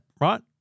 right